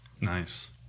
Nice